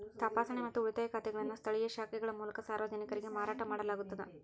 ತಪಾಸಣೆ ಮತ್ತು ಉಳಿತಾಯ ಖಾತೆಗಳನ್ನು ಸ್ಥಳೇಯ ಶಾಖೆಗಳ ಮೂಲಕ ಸಾರ್ವಜನಿಕರಿಗೆ ಮಾರಾಟ ಮಾಡಲಾಗುತ್ತದ